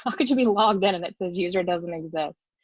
could you be logged in and it says user doesn't exist?